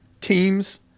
teams